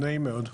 נעים מאוד.